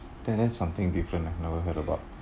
that's something different ah never heard about